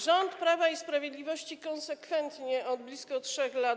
Rząd Prawa i Sprawiedliwości konsekwentnie od blisko 3 lat.